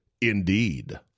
Indeed